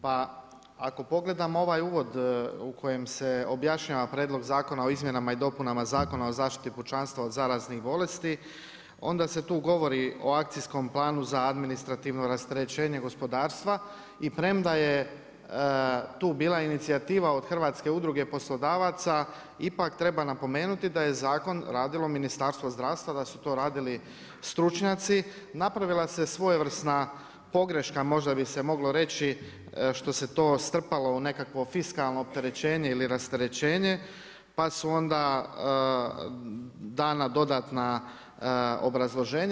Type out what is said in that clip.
Pa ako pogledamo ovaj uvod u kojem se objašnjava Prijedlog zakona o izmjenama i dopunama Zakona o zaštiti pučanstva o zaraznih bolesti onda se tu govori o akcijskom planu za administrativno rasterećenje gospodarstva i premda je tu bila inicijativa od Hrvatske udruge poslodavaca ipak treba napomenuti da je zakon radilo Ministarstvo zdravstva da su to radili stručnjaci, napravila se svojevrsna pogreška, možda bi se moglo reći što se to strpalo u nekakvo fiskalno opterećenje ili rasterećenje pa su onda dana dodatna obrazloženja.